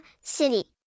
City